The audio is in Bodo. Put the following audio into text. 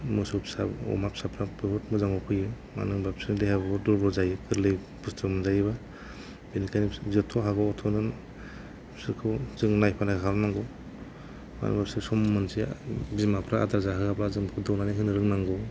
मोसौ फिसा अमा फिसाफ्रा बहुथ मोजाङाव फैयो मानो होनबा बिसोर देहाया दुरबल जायो गोरलै बुसथु मोनजायोबा बिनिखायनो बिसोरखौ जथ्थ'हागौ अथ्थ' नों बिसोरखौ जों नायफा नायफा खालामनांगौ मानो होमबा बिसोर सम मोनसेया बिमाफ्रा आदार जाहोयाबा जों दौनानै होनो रोंनांगौ